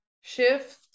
Shift